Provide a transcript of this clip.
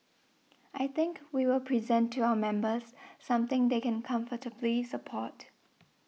I think we will present to our members something they can comfortably support